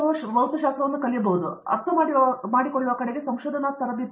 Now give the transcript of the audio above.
ಆದರೆ ಒಂದು ಪರಿಸ್ಥಿತಿಯನ್ನು ನೀಡಿದ ಅವರು ಸಮಸ್ಯೆ ರೂಪಿಸಲು ಮತ್ತು ಪರಿಹರಿಸಲು ಸಾಧ್ಯವಿಲ್ಲ